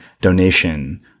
donation